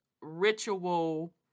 ritual